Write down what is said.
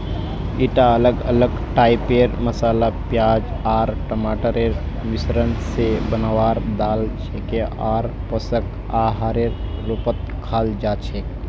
ईटा अलग अलग टाइपेर मसाला प्याज आर टमाटरेर मिश्रण स बनवार दाल छिके आर पोषक आहारेर रूपत खाल जा छेक